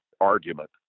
argument